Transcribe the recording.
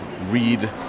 read